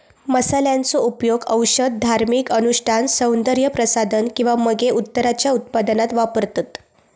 मसाल्यांचो उपयोग औषध, धार्मिक अनुष्ठान, सौन्दर्य प्रसाधन किंवा मगे उत्तराच्या उत्पादनात वापरतत